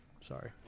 Sorry